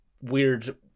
weird